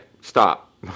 stop